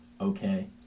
okay